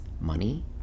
money